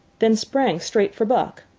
then sprang straight for buck.